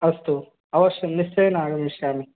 अस्तु अवश्यं निश्चयेन आगमिष्यामि